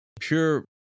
pure